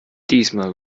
diesmal